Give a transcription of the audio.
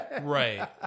Right